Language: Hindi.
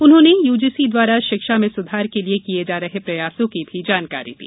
उन्होंने यूजीसी द्वारा शिक्षा में सुधार के लिये किये जा रहे प्रयासों की भी जानकारी दी